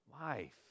life